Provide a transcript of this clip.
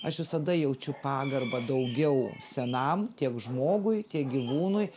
aš visada jaučiu pagarbą daugiau senam tiek žmogui tiek gyvūnui